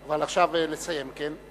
אבל עכשיו לסיים, כן?